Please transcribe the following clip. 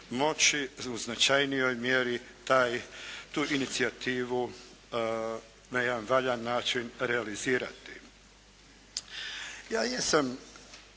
moći u značajnijoj mjeri taj, tu inicijativu na jedan valjan način realizirati.